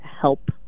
help